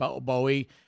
Bowie